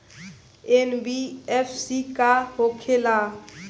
NBFC का होंखे ला?